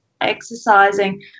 exercising